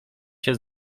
się